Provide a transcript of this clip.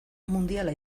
mundiala